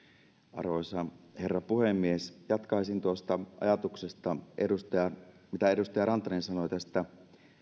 arvoisa herra puhemies jatkaisin tuosta ajatuksesta mitä edustaja rantanen sanoi tästä